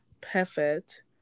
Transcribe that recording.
perfect